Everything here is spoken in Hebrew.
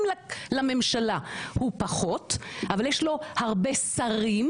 לממשלה הוא פחות אבל יש לו הרבה שרים,